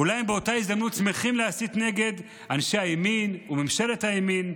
אולי באותה הזדמנות הם שמחים להסית נגד אנשי הימין וממשלת הימין.